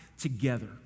together